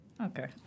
Okay